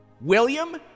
William